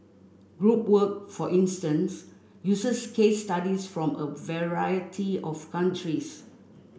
group work for instance uses case studies from a variety of countries